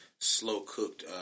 slow-cooked